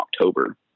october